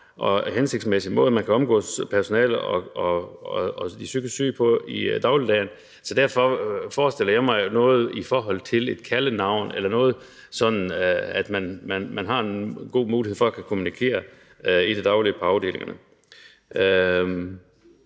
og hensigtsmæssig måde, man kan omgås personale og de psykisk syge på i dagligdagen. Så derfor forestiller jeg mig noget i retning af noget med et kaldenavn, sådan at man har en god mulighed for at kunne kommunikere i det daglige på afdelingerne.